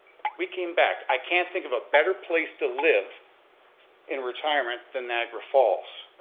we came back. i can't think of a better place to live in retirement than niagara falls.